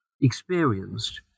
experienced